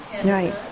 Right